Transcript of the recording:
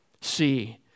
See